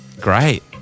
Great